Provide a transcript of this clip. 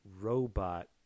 robot